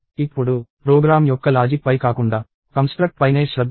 ఇప్పుడు ప్రోగ్రామ్ యొక్క లాజిక్పై కాకుండా కంస్ట్రక్ట్ పైనే శ్రద్ధ చూపుదాం